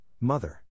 Mother